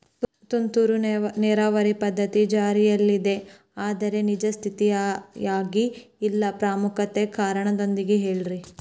ತುಂತುರು ನೇರಾವರಿ ಪದ್ಧತಿ ಜಾರಿಯಲ್ಲಿದೆ ಆದರೆ ನಿಜ ಸ್ಥಿತಿಯಾಗ ಇಲ್ಲ ಪ್ರಮುಖ ಕಾರಣದೊಂದಿಗೆ ಹೇಳ್ರಿ?